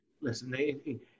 listen